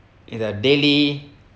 in the daily